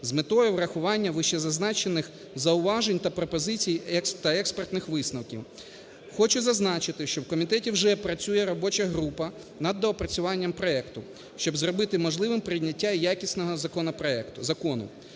з метою врахування вищезазначених зауважень та пропозицій та експертних висновків. Хочу зазначити, що в комітеті вже працює робоча група над доопрацюванням проекту, щоб зробити можливим прийняття якісного